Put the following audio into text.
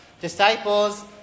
Disciples